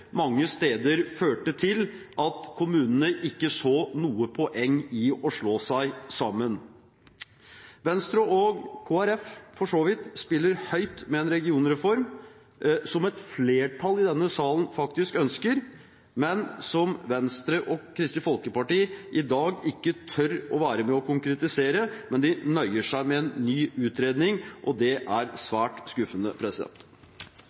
mange steder førte til at kommunene ikke så noe poeng i å slå seg sammen. Venstre – og Kristelig Folkeparti for så vidt – spiller høyt med en regionreform som et flertall i denne salen faktisk ønsker, men som Venstre og Kristelig Folkeparti i dag ikke tør å være med på å konkretisere. De nøyer seg med en ny utredning, og det er